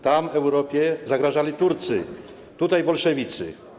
Tam Europie zagrażali Turcy, tutaj bolszewicy.